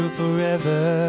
forever